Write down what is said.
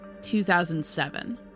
2007